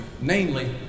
namely